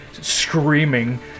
screaming